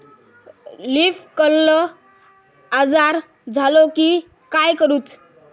Leaf curl आजार झालो की काय करूच?